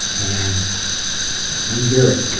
and we hear it.